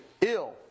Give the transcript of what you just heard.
ill